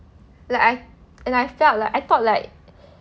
like I and I felt like I thought like